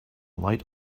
late